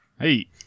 Hey